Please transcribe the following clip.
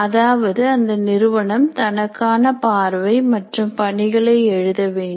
அதாவது அந்த நிறுவனம் தனக்கான பார்வை மற்றும் பணிகளை எழுத வேண்டும்